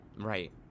Right